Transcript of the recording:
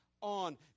on